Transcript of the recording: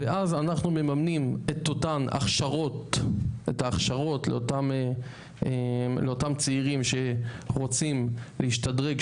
ואז אנחנו מממנים את אותן הכשרות לאותם צעירים שרוצים להשתדרג,